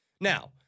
Now